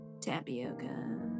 Tapioca